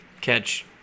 catch